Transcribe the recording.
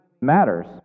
matters